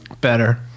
Better